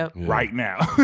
ah right now.